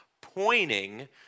pointing